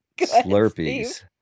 Slurpees